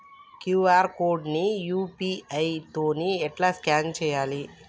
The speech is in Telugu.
క్యూ.ఆర్ కోడ్ ని యూ.పీ.ఐ తోని ఎట్లా స్కాన్ చేయాలి?